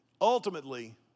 ultimately